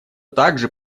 также